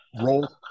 roll